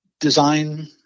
design